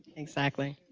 exactly.